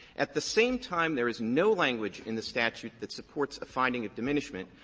at the same time there is no language in the statute that supports a finding of diminishment.